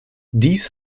dies